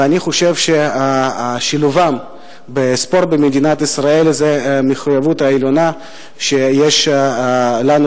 ואני חושב ששילובם בספורט במדינת ישראל הוא מחויבות עליונה שיש לנו,